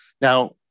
Now